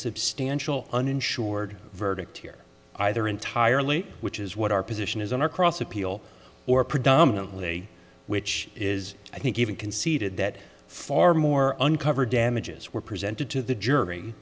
substantial uninsured verdict here either entirely which is what our position is on our cross appeal or predominantly which is i think even conceded that far more uncovered damages were presented to the jury